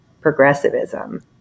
progressivism